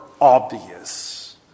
obvious